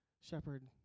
shepherd